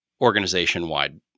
organization-wide